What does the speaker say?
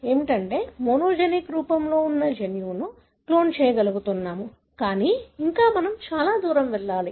మనము ఇప్పుడు మోనోజెనిక్ రూపంలో ఉన్న జన్యువును క్లోన్ చేయగలుగుతున్నాము కానీ ఇంకా మనము చాలా దూరం వెళ్ళాలి